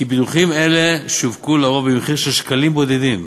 שביטוחים אלה שווקו לרוב במחיר של שקלים בודדים,